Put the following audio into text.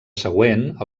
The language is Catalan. següent